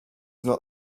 not